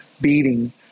beating